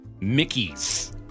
Mickey's